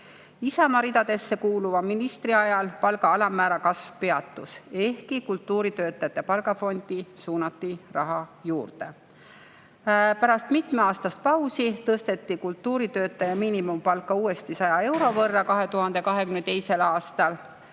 Isamaa ridadesse kuuluva ministri ajal palga alammäära kasv peatus, ehkki kultuuritöötajate palgafondi suunati raha juurde. Pärast mitmeaastast pausi tõsteti kultuuritöötaja miinimumpalka uuesti 100 euro võrra 2022. aastal.